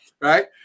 right